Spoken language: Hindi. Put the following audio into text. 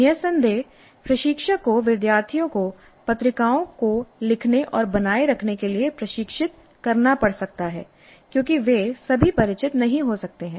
निःसंदेह प्रशिक्षक को विद्यार्थियों को पत्रिकाओं को लिखने और बनाए रखने के लिए प्रशिक्षित करना पड़ सकता है क्योंकि वे सभी परिचित नहीं हो सकते हैं